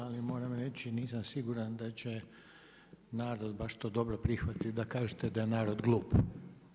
Ali moram reći nisam siguran da će narod baš to dobro prihvatit, da kažete da je narod glup.